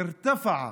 מפלס התקווה